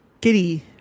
giddy